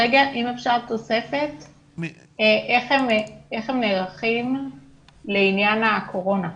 אם אפשר תוספת, איך הם נערכים לעניין הקורונה,